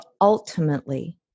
ultimately